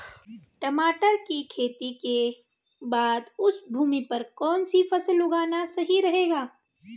टमाटर की खेती के बाद उस भूमि पर कौन सी फसल उगाना सही रहेगा?